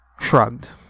shrugged